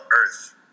earth